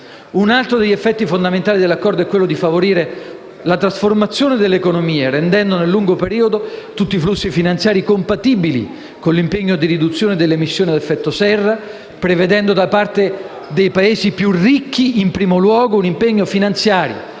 Un altro degli obiettivi fondamentali dell'Accordo è favorire una trasformazione delle economie, rendendo nel lungo periodo tutti i flussi finanziari compatibili con l'impegno di riduzione delle emissioni ad effetto serra, prevedendo da parte dei Paesi più ricchi un impegno finanziario,